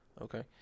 Okay